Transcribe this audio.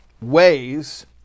ways